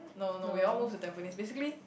no no we all move to Tampines basically